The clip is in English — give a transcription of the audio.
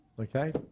Okay